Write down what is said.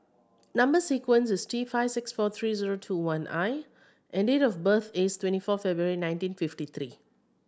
number sequence is T five six four three zero two one I and date of birth is twenty four February nineteen fifty three